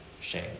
shame